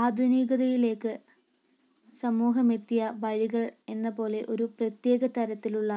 ആധുനികതയിലേക്ക് സമൂഹം എത്തിയ വഴികൾ എന്ന പോലെ ഒരു പ്രത്യേക തരത്തിലുള്ള